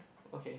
okay